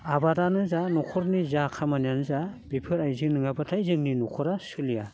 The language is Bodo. आबादानो जा न'खरनि जा जाखामानियानो जा बेफोर आइजें नङाब्लाथाय जोंनि न'खरा सोलिया